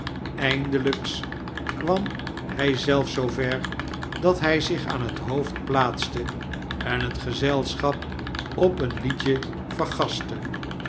eindelijks kwam hij zelfs zoo ver dat hij zich aan het hoofd plaatste en het gezelschap op een liedje